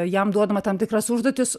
jam duodama tam tikras užduotis